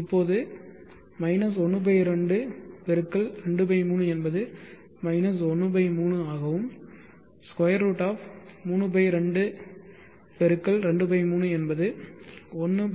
இப்போது 12 x 23 என்பது 13 ஆகவும் √3 2 x 23 என்பது 1